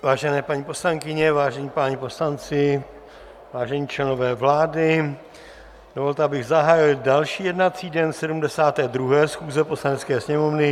Vážené paní poslankyně, vážení páni poslanci, vážení členové vlády, dovolte, abych zahájil další jednací den 72. schůze Poslanecké sněmovny.